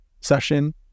session